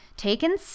Taken